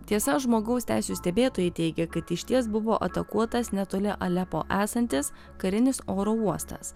tiesa žmogaus teisių stebėtojai teigia kad išties buvo atakuotas netoli alepo esantis karinis oro uostas